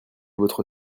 votre